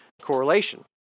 correlation